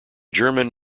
german